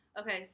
okay